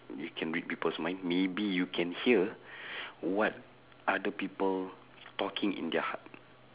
you can read people's mind maybe you can hear what other people talking in their heart